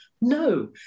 no